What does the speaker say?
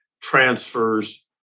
transfers